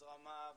זרמיו,